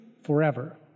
forever